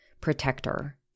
protector